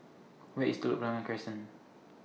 Where IS Telok Blangah Crescent